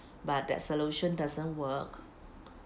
but that solution doesn't work